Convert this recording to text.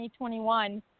2021